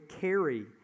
carry